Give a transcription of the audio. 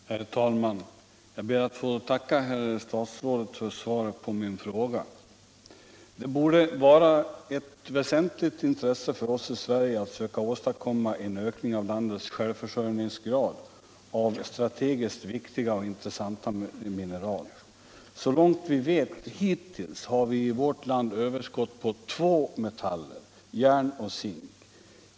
Herr talman! Jag ber att få tacka herr statsrådet för svaret på min fråga. Det borde vara ett väsentligt intresse för oss i Sverige att söka åstadkomma en ökning av landets självförsörjningsgrad då det gäller strategiskt viktiga och intressanta mineral. Så långt vi vet hittills har vi i vårt land överskott på två metaller, järn och zink.